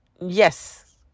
Yes